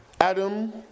Adam